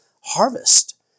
harvest